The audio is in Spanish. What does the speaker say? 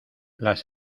las